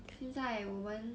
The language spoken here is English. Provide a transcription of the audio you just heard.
现在我们